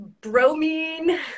bromine